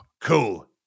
Cool